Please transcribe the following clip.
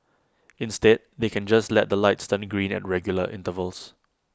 instead they can just let the lights turning green at regular intervals